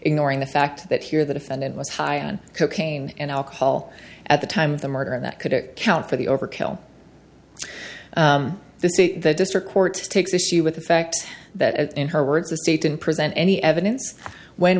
ignoring the fact that here the defendant was high on cocaine and alcohol at the time of the murder and that could account for the overkill the district court takes issue with the fact that in her words the state didn't present any evidence when